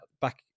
back